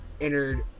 entered